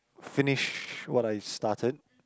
finish what I started